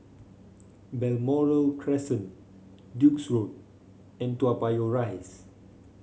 Balmoral Crescent Duke's Road and Toa Payoh Rise